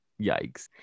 Yikes